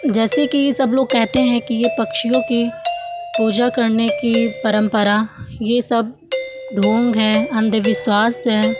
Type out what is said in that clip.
जैसे कि सब लोग कहते हैं कि यह पक्षियों की पूजा करने की परम्परा यह सब ढोंग है अन्धविश्वास है